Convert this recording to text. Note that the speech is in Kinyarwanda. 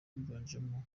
wiganjemo